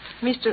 Mr